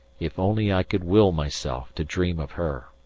if only i could will myself to dream of her!